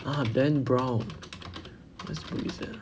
ah dan brown which book is that ah